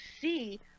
see